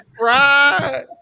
Right